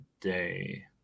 today